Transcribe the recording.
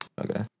Okay